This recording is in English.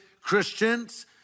Christians